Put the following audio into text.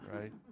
right